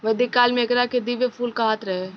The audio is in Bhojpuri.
वैदिक काल में एकरा के दिव्य फूल कहात रहे